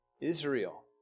Israel